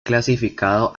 clasificado